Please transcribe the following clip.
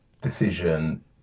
decision